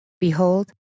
Behold